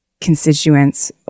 constituents